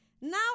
Now